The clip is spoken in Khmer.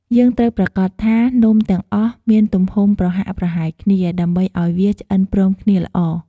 យើងត្រូវប្រាកដថា នំទាំងអស់មានទំហំប្រហាក់ប្រហែលគ្នា ដើម្បីឱ្យវាឆ្អិនព្រមគ្នាល្អ។